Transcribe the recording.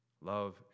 love